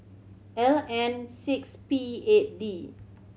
L N six P eight D